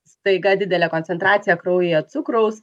staiga didelė koncentracija kraujyje cukraus